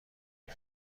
رژه